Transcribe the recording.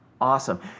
Awesome